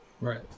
right